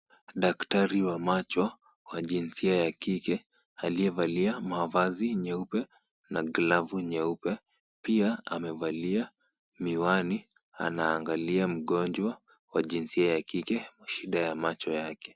Daktari wa macho wa jinsia ya kike aliyevalia mavazi nyeupe na glavu nyeupe pia amevalia miwani anaangalia mgonjwa wa jinsia ya kike shida ya macho yake.